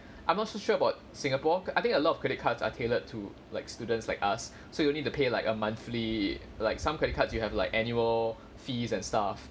I'm not so sure about singapore I think a lot of credit cards are tailored to like students like us so you'll need to pay like a monthly like some credit cards you have like annual fees and stuff